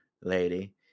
lady